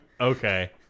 Okay